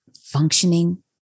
functioning